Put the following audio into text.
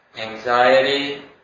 anxiety